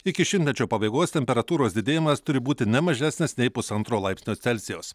iki šimtmečio pabaigos temperatūros didėjimas turi būti ne mažesnis nei pusantro laipsnio celsijaus